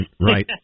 right